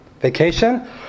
Vacation